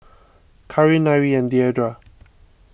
Karin Nyree and Deidra